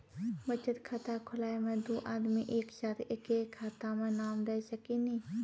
बचत खाता खुलाए मे दू आदमी एक साथ एके खाता मे नाम दे सकी नी?